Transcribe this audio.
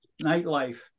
nightlife